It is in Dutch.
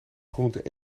groente